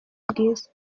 bwiza